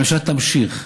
הממשלה תמשיך,